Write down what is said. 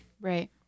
Right